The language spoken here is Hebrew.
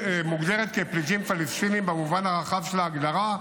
שמוגדרת כ"פליטים פלסטינים" במובן הרחב של ההגדרה,